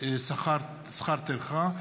שכר טרחה),